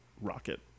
Rocket